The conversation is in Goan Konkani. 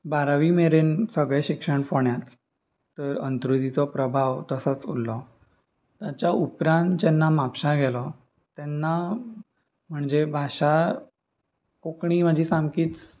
बारावी मेरेन सगळें शिक्षण फोंड्याच तर अंत्रुजीचो प्रभाव तसोच उरलो ताच्या उपरांत जेन्ना म्हापशां गेलो तेन्ना म्हणजे भाशा कोंकणी म्हजी सामकीच